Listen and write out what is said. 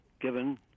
given